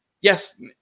Yes